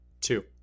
Two